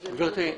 גברתי,